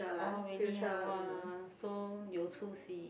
oh really ah !wah! so 有出息